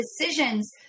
decisions